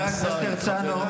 חבר הכנסת הרצנו,